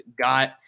got